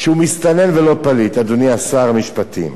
שהוא מסתנן ולא פליט, אדוני שר המשפטים.